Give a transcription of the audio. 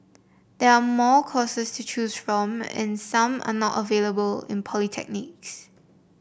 there are more courses to choose from and some are not available in polytechnics